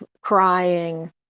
crying